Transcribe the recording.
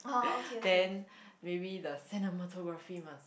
then maybe the cinematography must